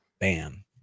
Bam